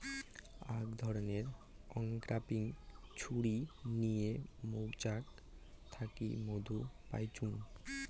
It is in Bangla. আক রকমের অংক্যাপিং ছুরি নিয়ে মৌচাক থাকি মধু পাইচুঙ